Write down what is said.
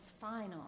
final